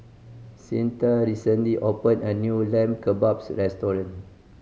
Cyntha recently opened a new Lamb Kebabs Restaurant